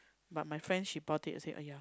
but my friend she bought it I said !aiya!